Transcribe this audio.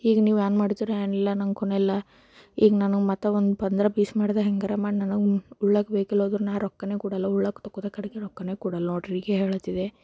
ಈಗ ನೀವು ಏನು ಮಾಡುತ್ತೀರಿ ಏನಿಲ್ಲ ನಂಗೆ ಖುನಾ ಇಲ್ಲ ಈಗ ನಾನು ಮತ್ತೆ ಒಂದು ಪಂದ್ರ ಬೀಸ ಮಿನಟ್ದಾಗ ಹೆಂಗರೆ ಮಾಡಿ ನನ್ಗೆ ಉಣ್ಣೋಕ್ಕೆ ಬೇಕು ಇಲ್ಲೋದ್ರೆ ನಾ ರೊಕ್ಕವೇ ಕೊಡೋಲ್ಲ ಉಣ್ಣೋಕ್ಕೆ ತೊಗೊತೆ ಕಡೆಗೆ ರೊಕ್ಕವೇ ಕೊಡೋಲ್ಲ ನೋಡಿರಿ ಈಗೇ ಹೇಳುತ್ತಿದೆ